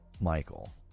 Michael